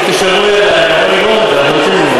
שלא יהיה מאוחר מדי.